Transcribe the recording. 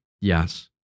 Yes